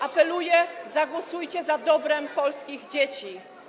apeluję: zagłosujcie za dobrem polskich dzieci.